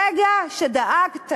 ברגע שדאגת